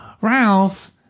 Ralph